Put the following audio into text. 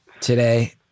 today